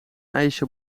ijsje